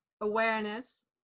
awareness